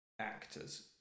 actors